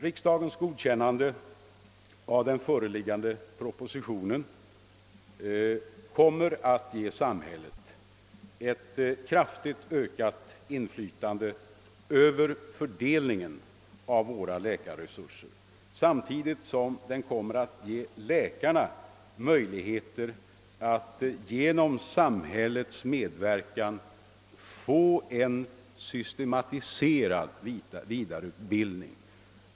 Riksdagens godkännande av den föreliggande propositionen kommer att ge samhället ett kraftigt ökat inflytande över fördelningen av våra läkarresurser, samtidigt som åt läkarna kommer att ges möjligheter att genom samhällets medverkan få en systematiserad vidareutbildning.